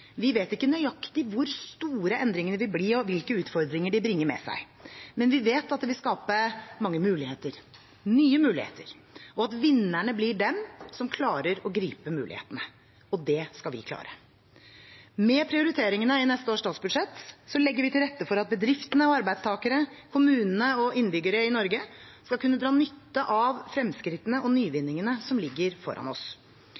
Vi vet ikke nøyaktig hvor store endringene vil bli, og hvilke utfordringer de bringer med seg. Men vi vet at de vil skape mange muligheter – nye muligheter – og at vinnerne blir dem som klarer å gripe mulighetene. Det skal vi klare. Med prioriteringene i neste års statsbudsjett legger vi til rette for at bedriftene og arbeidstakere, kommunene og innbyggerne i Norge skal kunne dra nytte av de fremskrittene og